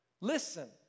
Listen